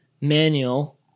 manual